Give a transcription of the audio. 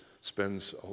spends